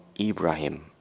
Ibrahim